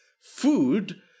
food